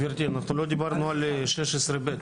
גברתי, אנחנו לא דיברנו על סעיף 16(ב).